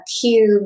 cube